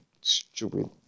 stupid